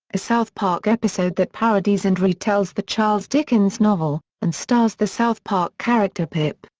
a south park episode that parodies and retells the charles dickens novel, and stars the south park character pip.